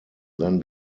then